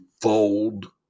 fold